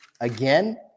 again